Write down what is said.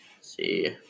see